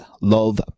love